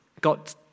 got